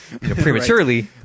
prematurely